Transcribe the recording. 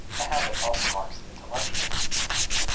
a habit also marks an intellectual disposition.